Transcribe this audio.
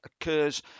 occurs